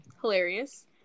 hilarious